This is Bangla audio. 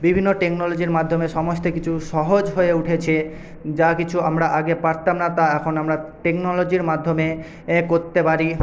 বিভিন্ন টেকনোলজির মাধ্যমে সমস্ত কিছু সহজ হয়ে উঠেছে যা কিছু আমরা আগে পারতাম না তা এখন আমরা টেকনোলজির মাধ্যমে এ করতে পারি